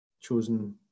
chosen